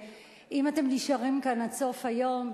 אם אתם נשארים כאן עד סוף היום,